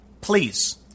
please